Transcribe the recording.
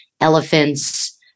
elephants